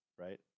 right